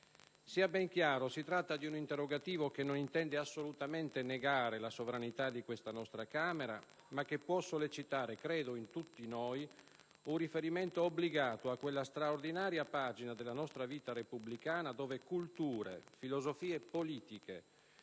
Sia ben chiaro, si tratta di un interrogativo che non intende assolutamente negare la sovranità di questa nostra Camera, ma che credo può sollecitare in tutti noi un riferimento obbligato a quella straordinaria pagina della nostra vita repubblicana dove culture, filosofie politiche,